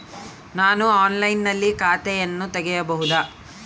ನಾನು ಆನ್ಲೈನಿನಲ್ಲಿ ಖಾತೆಯನ್ನ ತೆಗೆಯಬಹುದಾ?